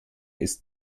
ist